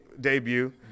debut